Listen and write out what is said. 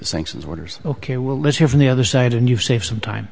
the sanctions orders ok well let's hear from the other side and you save some time